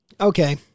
okay